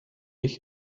ich